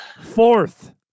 Fourth